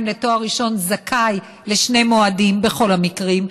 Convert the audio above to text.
לתואר ראשון זכאי לשני מועדים בכל המקרים,